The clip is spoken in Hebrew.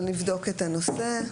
אבל נבדוק את הנושא.